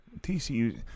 TCU